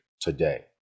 today